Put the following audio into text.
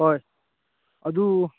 ꯍꯣꯏ ꯑꯗꯨ